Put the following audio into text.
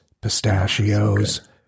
pistachios